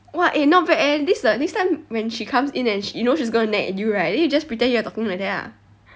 !wah! eh not bad eh this uh next time when she comes in and you know she's gonna nag at you right then you just pretend you are talking like that ah